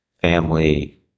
family